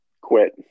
quit